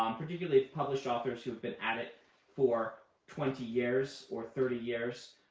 um particularly the published authors who've been at it for twenty years or thirty years.